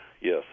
yes